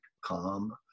calm